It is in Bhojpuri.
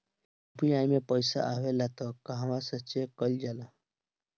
यू.पी.आई मे पइसा आबेला त कहवा से चेक कईल जाला?